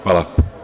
Hvala.